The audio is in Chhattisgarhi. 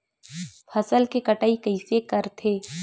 फसल के कटाई कइसे करथे?